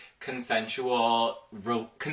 consensual